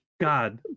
God